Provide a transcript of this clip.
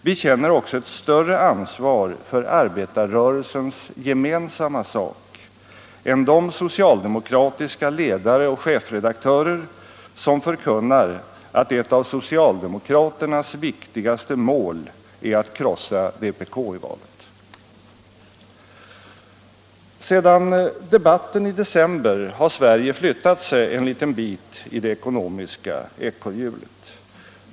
Vi känner också ett större ansvar för arbetarrörelsens gemensamma sak än de socialde mokratiska ledare och chefredaktörer som förkunnar att ett av socialdemokraternas viktigaste mål är att krossa vpk i valet. Sedan debatten i december har Sverige flyttat sig en liten bit i det ekonomiska ekorrhjulet.